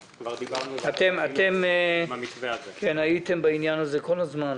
הייתם בעניין הזה כל הזמן.